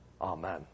Amen